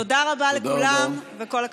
תודה רבה לכולם, וכל הכבוד.